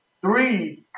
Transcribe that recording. three